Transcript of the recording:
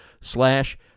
slash